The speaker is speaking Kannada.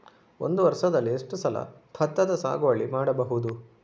ಒಂದು ವರ್ಷದಲ್ಲಿ ಎಷ್ಟು ಸಲ ಭತ್ತದ ಸಾಗುವಳಿ ಮಾಡಬಹುದು?